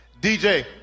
DJ